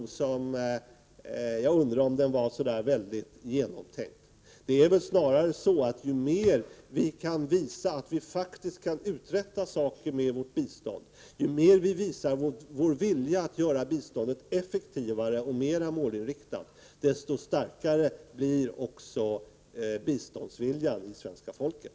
Jag undrar om det var så väldigt genomtänkt. Det är väl snarare så att ju mer vi kan visa att vi faktiskt uträttar saker med vårt bistånd, ju mer vi visar vår vilja att göra biståndet effektivare och mera målinriktat, desto starkare blir också biståndsviljan hos svenska folket.